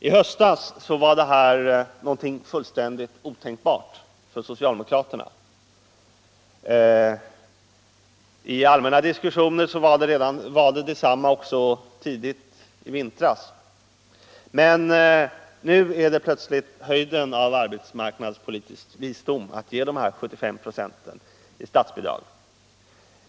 I höstas var detta någonting fullständigt otänkbart för socialdemokraterna. I allmänna diskussioner var inställningen densamma också tidigt i vintras. Men nu är det plötsligt höjden av arbetsmarknadspolitisk visdom att ge dessa 75 94 i statsbidrag.